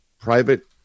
private